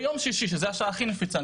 ביום שישי שזו השעה הכי נפיצה,